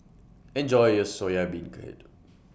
Enjoy your Soya Beancurd